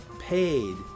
paid